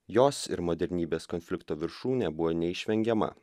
jos ir modernybės konflikto viršūnė buvo neišvengiama